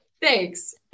Thanks